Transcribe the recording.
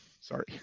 sorry